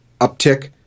uptick